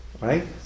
right